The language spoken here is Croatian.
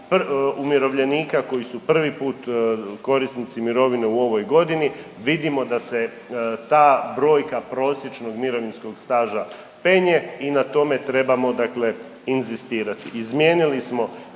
umirovljenika koji su prvi puta korisnici mirovine u ovoj godini vidimo da se ta brojka prosječnog mirovinskog staža penje i na tome trebamo dakle inzistirati.